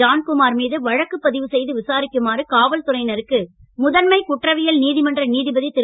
John Kumar மீது வழக்குப்பதிவு செய்து விசாரிக்குமாறு காவல்துறையினருக்கு முதன்மை குற்றவியல் நீதிமன்ற நீதிபதி திரு